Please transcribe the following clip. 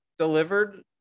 delivered